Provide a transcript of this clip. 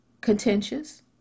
contentious